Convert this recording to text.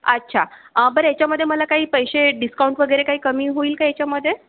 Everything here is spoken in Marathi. अच्छा बरं याच्यामध्ये मला काही पैसे डिस्काउंट वगैरे काही कमी होईल का याच्यामध्ये